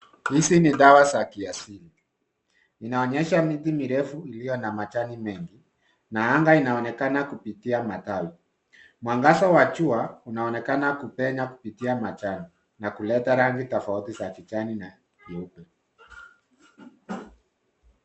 Hizi ni dawa za kiasili. Inaonyesha miti mirefu iliyo na majani mengi na anga inaonekana kupitia matawi. Mwangaza wa jua unaonekana kupenya kupitia matawi na kuleta rangi tofauti za kijani na nyeupe.